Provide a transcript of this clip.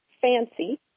fancy